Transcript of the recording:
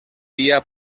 día